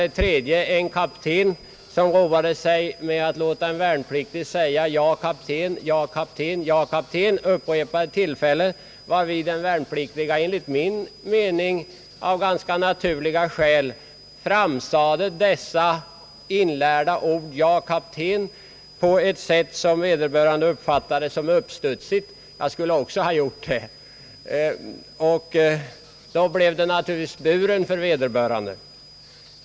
Jag läste också om en kapten som lät en värnpliktig säga »Ja, kapten» upprepade gånger, varvid den värnpliktige — enligt min mening av ganska naturliga skäl — framsade dessa ord »Ja, kapten» på ett sätt som kaptenen uppfattade som uppstudsigt. Det blev naturligtvis »buren» för vederbörande.